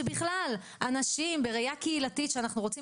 שבכלל אנשים בראייה קהילתית שאנחנו רוצים